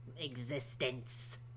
existence